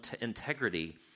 integrity